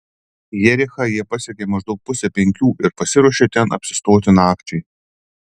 jerichą jie pasiekė maždaug pusę penkių ir pasiruošė ten apsistoti nakčiai